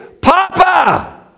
Papa